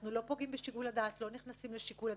אנחנו לא פוגעים בשיקול הדעת ולא נכנסים לשיקול הדעת.